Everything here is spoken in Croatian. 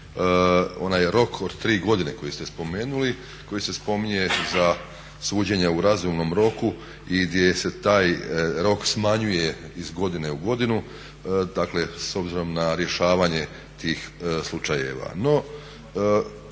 onaj rok od 3 godine koji ste spomenuli koji se spominje za suđenje u razumnom roku i gdje se taj rok smanjuje iz godine u godinu, Dakle s obzirom na rješavanje tih slučajeva.